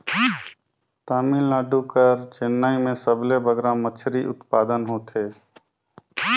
तमिलनाडु कर चेन्नई में सबले बगरा मछरी उत्पादन होथे